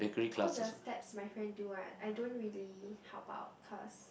all the steps my friend do one I don't really help out cause